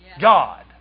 God